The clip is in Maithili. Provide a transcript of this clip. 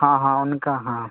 हँ हँ हुनका हँ